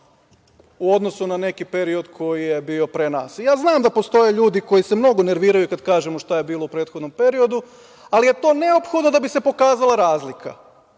u odnosu na neki period koji je bio pre nas. Ja znam da postoje ljudi koji se mnogo nerviraju kad kažu šta je bilo u prethodnom periodu, ali je to neophodno da bi se pokazala razlika,